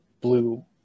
blue